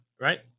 right